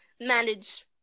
manage